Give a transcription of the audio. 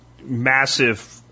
massive